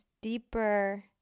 deeper